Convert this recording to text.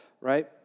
right